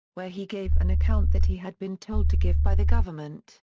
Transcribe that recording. where he gave an account that he had been told to give by the government.